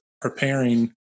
preparing